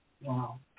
Wow